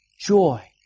joy